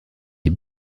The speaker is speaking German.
die